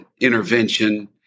intervention